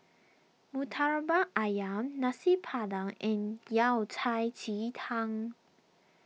Murtabak Ayam Nasi Padang and Yao Cai Ji Tang